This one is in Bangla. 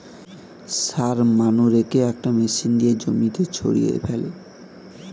সার মানুরেকে একটা মেশিন দিয়ে জমিতে ছড়িয়ে ফেলে